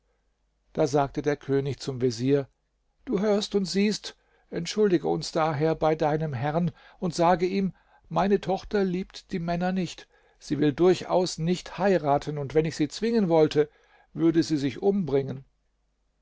da sagte der könig zum vezier du hörst und siehst entschuldige uns daher bei deinem herrn und sage ihm meine tochter liebt die männer nicht sie will durchaus nicht heiraten und wenn ich sie zwingen wollte würde sie sich umbringen